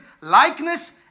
likeness